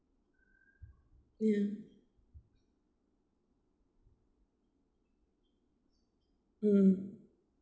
ya mm